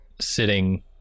sitting